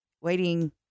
waiting